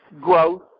growth